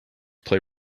play